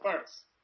first